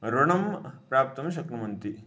ऋणं प्राप्तुं शक्नुवन्ति